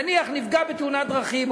נניח נפגע בתאונת דרכים,